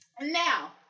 Now